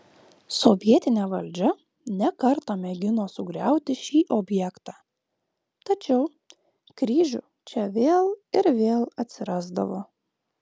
sovietinė valdžia ne kartą mėgino sugriauti šį objektą tačiau kryžių čia vėl ir vėl atsirasdavo